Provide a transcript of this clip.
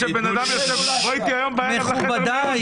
--- בואי איתי הערב לחדר מיון,